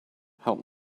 help